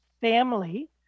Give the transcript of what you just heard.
family